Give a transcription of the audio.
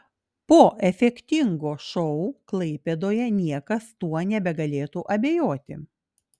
po efektingo šou klaipėdoje niekas tuo nebegalėtų abejoti